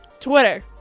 Twitter